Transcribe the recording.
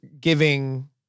giving